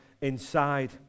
inside